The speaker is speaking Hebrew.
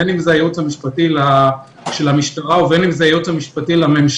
בין אם זה היועץ המשפטי של המשטרה או בין אם זה היועץ המשפטי לממשלה,